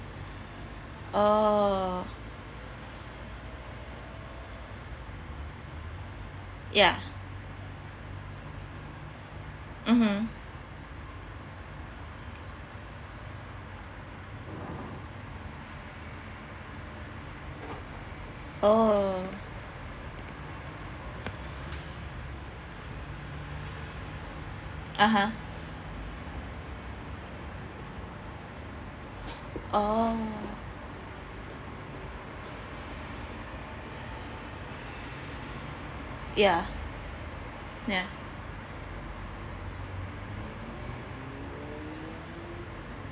oo ya mmhmm oo (uh huh) oo ya ya